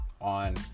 on